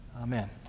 Amen